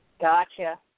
Gotcha